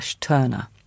Turner